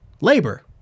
labor